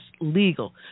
legal